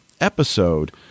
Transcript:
episode